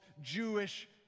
Jewish